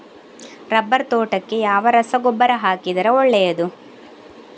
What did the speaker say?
Rubber ತೋಟಕ್ಕೆ ಯಾವ ರಸಗೊಬ್ಬರ ಹಾಕಿದರೆ ಒಳ್ಳೆಯದು?